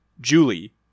Julie